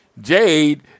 Jade